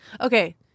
Okay